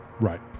Right